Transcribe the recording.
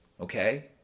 okay